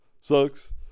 Sucks